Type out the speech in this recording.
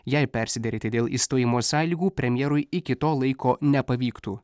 jei persiderėti dėl išstojimo sąlygų premjerui iki to laiko nepavyktų